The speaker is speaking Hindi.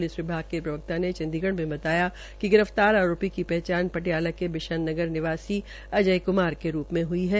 पुलिस विभाग के प्रवक्ता ने आज चंडीगढ़ में बताया कि गिरफ्तार आरोपी की पहचान पटियाला के बिशन नगर निवासी अजय कुमार के रूप में हई है